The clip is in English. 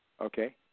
Okay